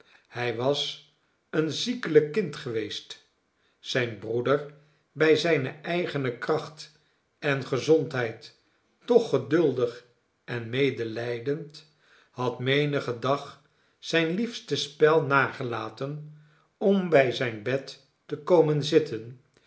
hij was een ziekelijk kind geweest zijn broeder bij zijne eigene kracht en gezondheid toch geduldig en medelijdend had menigen dag zijn liefste spel nagelaten om bij zijn bed te komen zitten